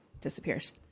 disappears